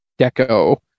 deco